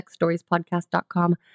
sexstoriespodcast.com